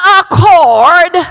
accord